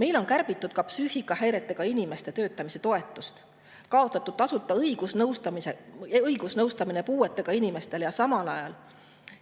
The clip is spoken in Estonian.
Meil on kärbitud ka psüühikahäiretega inimeste töötamise toetust ja kaotatud tasuta õigusnõustamine puudega inimestele. Samal ajal